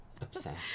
Obsessed